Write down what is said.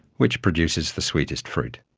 which produces the sweetest fruit,